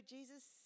Jesus